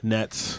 Nets